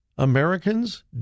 Americans